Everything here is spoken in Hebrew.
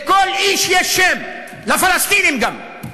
לכל איש יש שם, לפלסטינים גם.